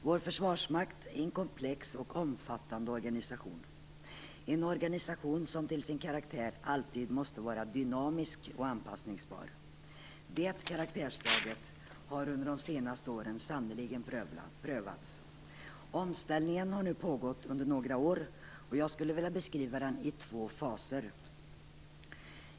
Vår Försvarsmakt är en komplex och omfattande organisation som till sin karaktär alltid måste vara dynamisk och anpassningsbar. Det karaktärsdraget har under de senaste åren sannerligen prövats. Omställningen har nu pågått under några år, och jag skulle vilja beskriva den i två faser.